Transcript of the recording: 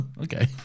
Okay